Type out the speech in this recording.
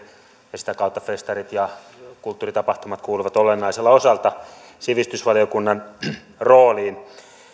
ja sitä kautta festarit ja kulttuuritapahtumat kuuluvat olennaiselta osaltaan sivistysvaliokunnan rooliin